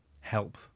help